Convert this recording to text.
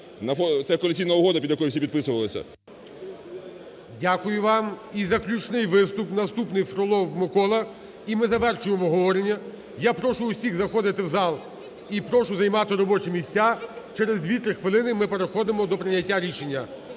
це коаліційна угода під якою всі підписувалися… ГОЛОВУЮЧИЙ. Дякую вам. І заключний виступ. Наступний Фролов Микола. І ми завершуємо обговорення. Я прошу всіх заходити в зал і прошу займати робочі місця, через дві-три хвилини ми переходимо до прийняття рішення.